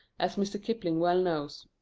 as mr. kipling well knows.